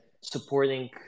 supporting